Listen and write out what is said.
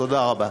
תודה רבה.